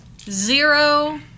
zero